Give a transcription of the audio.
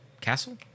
Castle